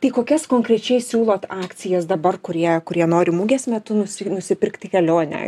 tai kokias konkrečiai siūlot akcijas dabar kurie kurie nori mugės metu nusi nusipirkti kelionę